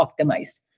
optimized